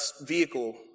vehicle